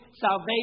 salvation